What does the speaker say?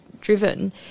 driven